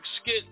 skit